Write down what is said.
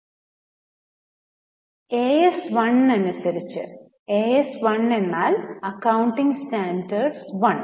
AS1 അനുസരിച്ച് AS1 എന്നാൽ accounting standard 1